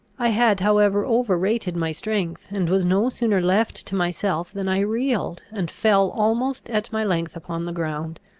i had however over-rated my strength, and was no sooner left to myself than i reeled, and fell almost at my length upon the ground.